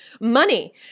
money